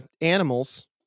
animals